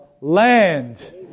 land